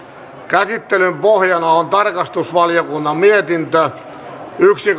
käsittelyn pohjana on tarkastusvaliokunnan mietintö yksi